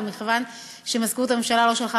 אבל מכיוון שמזכירות הממשלה לא שלחה